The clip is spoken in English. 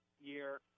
year